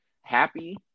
happy